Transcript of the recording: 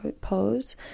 pose